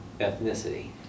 ethnicity